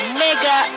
mega